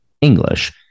English